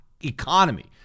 economy